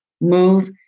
move